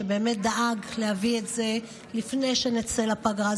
שבאמת דאג להביא את זה לפני שנצא לפגרה.